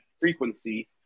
frequency